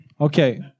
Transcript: Okay